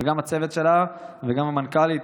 וגם הצוות שלה, וגם המנכ"לית